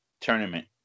tournament